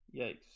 Yikes